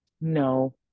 No